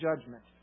judgment